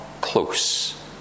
close